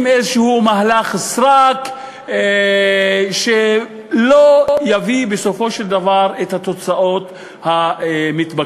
איזשהו מהלך סרק שלא יביא בסופו של דבר את התוצאות המתבקשות.